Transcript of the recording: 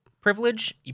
privilege